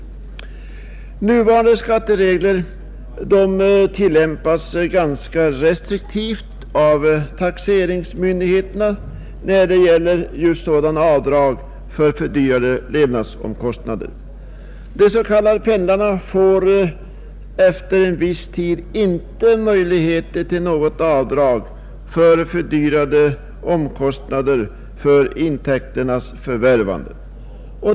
Våra nuvarande skatteregler tillämpas ganska restriktivt av taxeringsmyndigheterna just när det gäller avdrag för fördyrade levnadskostnader, De s. k,. pendlarna har efter en viss tid ingen möjlighet att göra avdrag för ökade kostnader för intäkternas förvärvande.